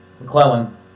McClellan